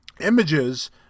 images